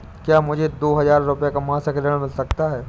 क्या मुझे दो हजार रूपए का मासिक ऋण मिल सकता है?